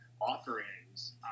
offerings